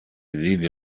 vive